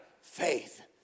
faith